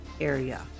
area